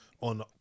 On